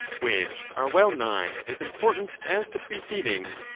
which are well nigh as important as the preceding.